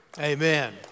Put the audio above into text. Amen